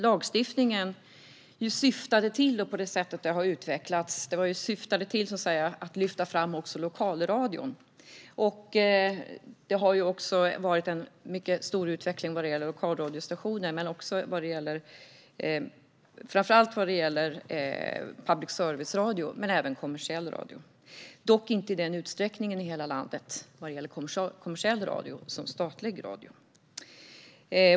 Lagstiftningen syftade till att även lyfta fram lokalradion, och det har också skett en stor utveckling när det gäller lokalradiostationer, men även när det gäller framför allt public service-radio och kommersiell radio - dock inte i samma utsträckning i hela landet för kommersiell radio som för statlig radio.